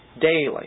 daily